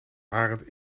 arend